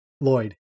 Lloyd